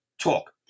talk